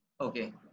Okay